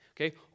okay